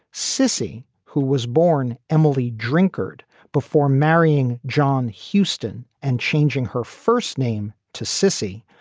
cissy, who was born emily drunkard before marrying john houston and changing her first name to cissy,